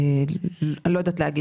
אני לא יודעת לומר.